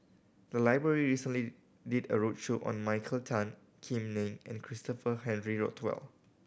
the library recently did a roadshow on Michael Tan Kim Nei and Christopher Henry Rothwell